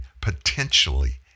potentially